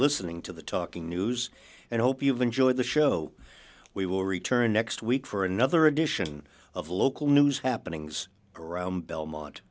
listening to the talking news and hope you'll enjoy the show we will return next week for another edition of local news happenings around belmont